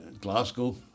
Glasgow